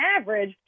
average